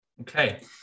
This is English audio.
Okay